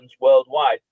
worldwide